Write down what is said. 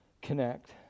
Connect